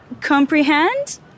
comprehend